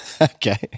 Okay